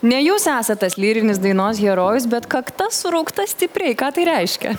ne jūs esat tas lyrinis dainos herojus bet kakta suraukta stipriai ką tai reiškia